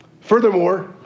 Furthermore